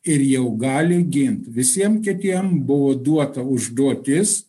ir jau gali gint visiem kitiem buvo duota užduotis